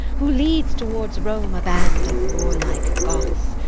who leads towards rome a band of warlike goths,